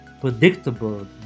predictable